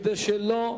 כדי שלא,